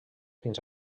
fins